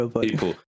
people